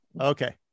Okay